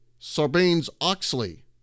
Sarbanes-Oxley